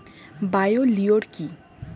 Bio লিওর কি?